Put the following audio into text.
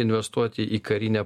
investuoti į karinę